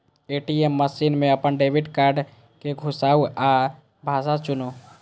ATM machine मे अपन debit card कें घुसाउ आ भाषा चुनू